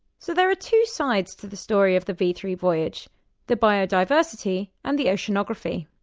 so there are two sides to the story of the v three voyage the biodiversity and the oceanography.